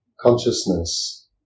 consciousness